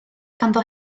ganddo